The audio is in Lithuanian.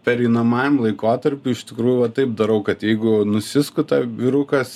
pereinamajam laikotarpiui iš tikrųjų va taip darau kad jeigu nusiskuta vyrukas